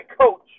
coach